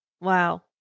wow